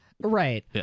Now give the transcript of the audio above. Right